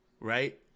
right